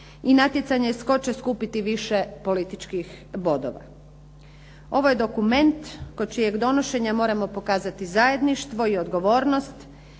i natjecanje tko će skupiti više političkih bodova. Ovo je dokument kod čijeg donošenja moramo pokazati zajedništvo i odgovornost